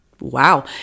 wow